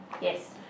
Yes